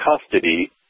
custody